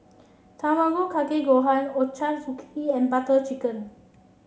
Tamago Kake Gohan Ochazuke and Butter Chicken